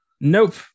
Nope